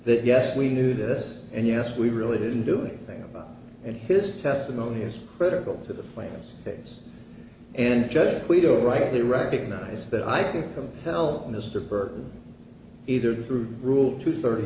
that yes we knew this and yes we really didn't do anything about and his testimony is critical to the plaintiff case and judge alito rightly recognized that i can help mr burton either through rule two thirty